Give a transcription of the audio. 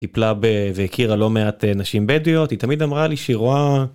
טיפלה ב... והכירה לא מעט נשים בדואיות היא תמיד אמרה לי שהיא רואה.